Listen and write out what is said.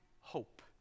hope